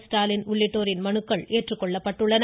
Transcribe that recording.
ஸ்டாலின் உள்ளிட்டோரின் மனுக்கள் ஏற்றுக்கொள்ளப்பட்டுள்ளன